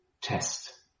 test